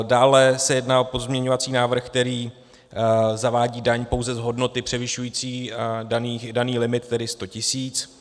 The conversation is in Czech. Dále se jedná o pozměňovací návrh, který zavádí daň pouze z hodnoty převyšující daný limit, tedy 100 tisíc.